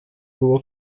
było